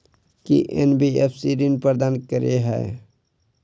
की NBFC ऋण प्रदान करे है?